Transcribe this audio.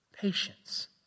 Patience